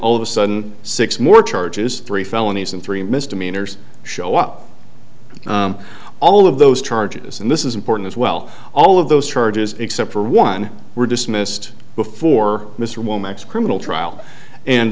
all of a sudden six more charges three felonies and three misdemeanors show up all of those charges and this is important as well all of those charges except for one were dismissed before mr womack's criminal trial and